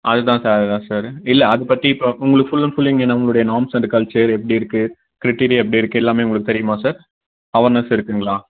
அது தான் சார் அது தான் சார் இல்லை அதைப் பற்றி இப்போ உங்களுக்கு ஃபுல் அண்ட் ஃபுல் இங்கே நம்மளுடைய நார்ம்ஸ் அண்டு கல்ச்சர் எப்படி இருக்குது க்ரிடிரியாக எப்படி இருக்குது எல்லாமே உங்களுக்கு தெரியுமா சார் அவர்னஸ் இருக்குங்களா